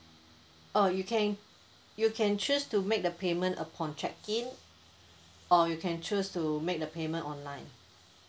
oh you can you can choose to make the payment upon check in or you can choose to make the payment online